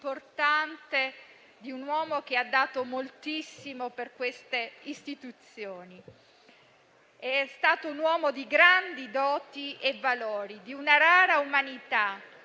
storia di un uomo che ha dato moltissimo alle istituzioni. È stato un uomo di grandi doti e valori, di una rara umanità,